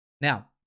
Now